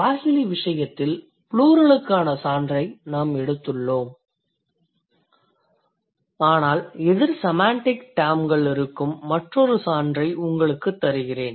Swahili விசயத்தில் ப்ளூரலுக்கான சான்றை நாம் எடுத்துள்ளோம் ஆனால் எதிர் செமாண்டிக் டெர்ம்கள் இருக்கும் மற்றொரு சான்றை உங்களுக்கு தருகிறேன்